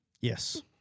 Yes